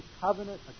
covenant